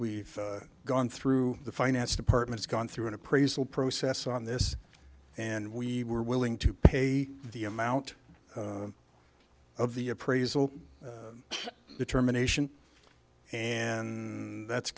we've gone through the finance department's gone through an appraisal process on this and we were willing to pay the amount of the appraisal determination and that's